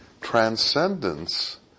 Transcendence